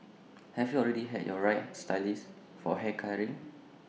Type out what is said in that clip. have you already had your right stylist for hair colouring